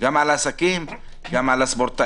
גם על עסקים, גם על הספורטאים.